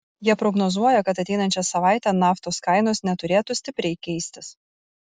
jie prognozuoja kad ateinančią savaitę naftos kainos neturėtų stipriai keistis